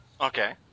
Okay